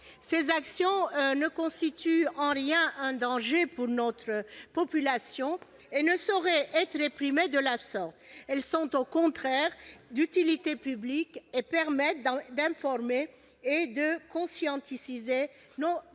Ces actions ne constituent en rien un danger pour notre population et ne sauraient être réprimées de la sorte. Elles sont, au contraire, d'utilité publique et permettent d'informer et de conscientiser nos compatriotes.